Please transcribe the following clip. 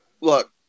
look